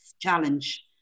challenge